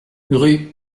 rue